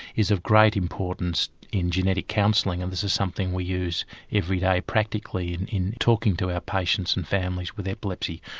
is of great importance in genetic counselling and this is something we use every day practically and in talking to our patients and families with epilepsy.